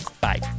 Bye